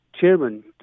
chairman